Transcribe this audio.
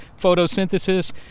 photosynthesis